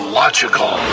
logical